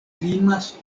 limas